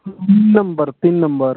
तीन नम्बर तीन नम्बर